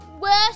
Worst